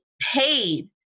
paid